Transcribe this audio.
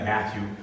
Matthew